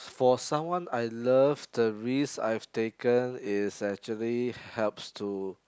for someone I love the risk I've taken is actually helps to